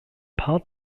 paar